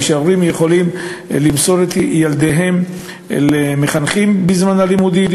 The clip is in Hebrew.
וההורים יוכלו למסור את ילדיהם למחנכים בזמן הלימודים